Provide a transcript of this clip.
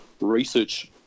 research